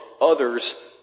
others